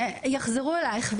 יחזרו אלייך.